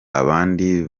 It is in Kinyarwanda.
abandi